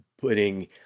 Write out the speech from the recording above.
putting